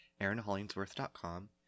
AaronHollingsworth.com